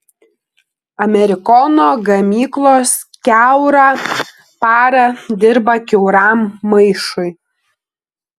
amerikono gamyklos kiaurą parą dirba kiauram maišui